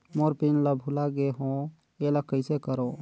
मोर PIN ला भुला गे हो एला कइसे करो?